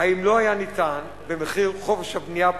האם לא היה ניתן במחיר חופש הבנייה הפרוע,